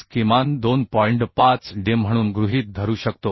5d किमान पिच म्हणून गृहीत धरू शकतो